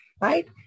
Right